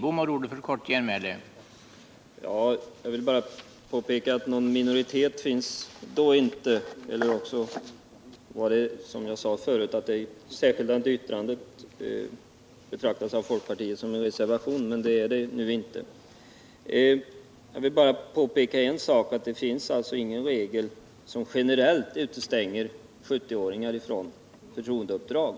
Herr talman! Någon utskottsminoritet finns det inte, men, som jag sade förut, det särskilda yttrandet av folkpartiet kanske betraktas som en reservation. Men det är det inte. Jag vill bara påpeka en sak: Det finns ingen regel som generellt utestänger 70-åringar från förtroendeuppdrag.